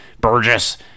Burgess